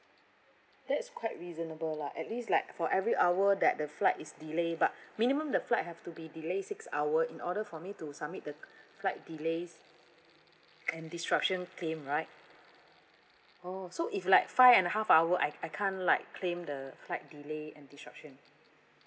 that's quite reasonable lah at least like for every hour that the flight is delay but minimum the flight have to be delay six hour in order for me to submit the flight delays and disruption claim right oh so if like five and a half hour I I can't like claim the flight delay and disruption